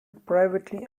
privately